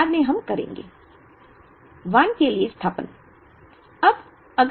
बाद में हम करेंगे I 1 के लिए स्थानापन्न